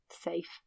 safe